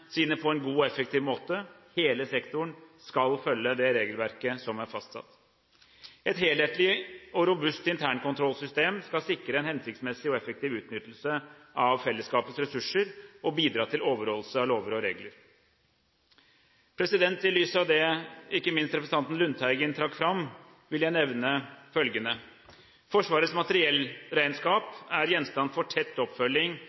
sine på en god og effektiv måte. Hele sektoren skal følge det regelverket som er fastsatt. Et helhetlig og robust internkontrollsystem skal sikre en hensiktsmessig og effektiv utnyttelse av fellesskapets ressurser og bidra til overholdelse av lover og regler. I lys av det, ikke minst, representanten Lundteigen trakk fram, vil jeg nevne følgende: Forsvarets materiellregnskap er gjenstand for tett oppfølging